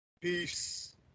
Peace